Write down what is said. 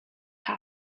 had